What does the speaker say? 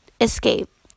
escape